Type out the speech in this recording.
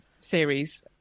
series